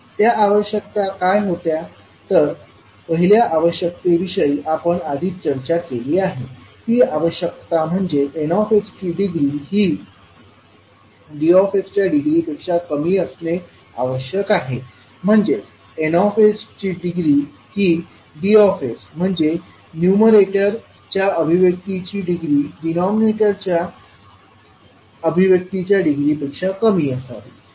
त्या आवश्यकता काय होत्या तर पहिल्या आवश्यकते विषयी आपण आधीच चर्चा केली आहे ती आवश्यकता म्हणजे N ची डिग्री ही Dच्या डिग्री पेक्षा कमी असणे आवश्यक आहे म्हणजेच N ची डिग्री ही D म्हणजे न्यूमरेटर च्या अभिव्यक्तीची डिग्री डिनॉमिनेटर च्या अभिव्यक्तीच्या डिग्रीपेक्षा कमी असावी